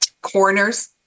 corners